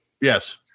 Yes